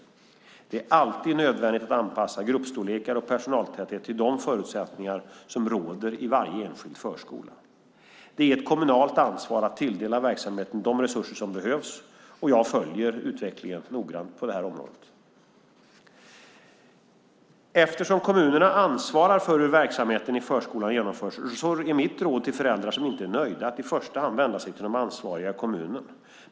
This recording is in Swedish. Det är alltid nödvändigt att anpassa gruppstorlekar och personaltäthet till de förutsättningar som råder i varje enskild förskola. Det är ett kommunalt ansvar att tilldela verksamheten de resurser som behövs och jag följer noga utvecklingen på området. Eftersom kommunerna ansvarar för hur verksamheten i förskolan genomförs är mitt råd till föräldrar som inte är nöjda att i första hand vända sig till de ansvariga i kommunen.